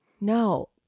no